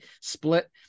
split